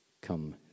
come